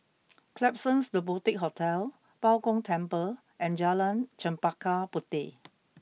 Klapsons The Boutique Hotel Bao Gong Temple and Jalan Chempaka Puteh